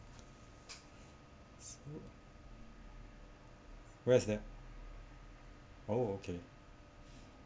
where's that oh okay